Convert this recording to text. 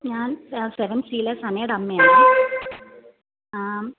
ഞാൻ seven C ലെ സനേടെ അമ്മയാണ് ആ